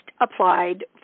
applied